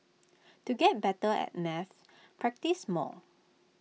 to get better at maths practise more